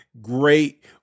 great